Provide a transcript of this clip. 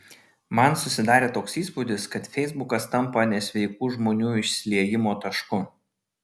man susidarė toks įspūdis kad feisbukas tampa nesveikų žmonių išsiliejimo tašku